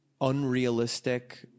unrealistic